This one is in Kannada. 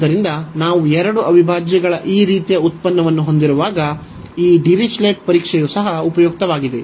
ಆದ್ದರಿಂದ ನಾವು ಎರಡು ಅವಿಭಾಜ್ಯಗಳ ಈ ರೀತಿಯ ಉತ್ಪನ್ನವನ್ನು ಹೊಂದಿರುವಾಗ ಈ ಡಿರಿಚ್ಲೆಟ್ ಪರೀಕ್ಷೆಯು ಸಹ ಉಪಯುಕ್ತವಾಗಿದೆ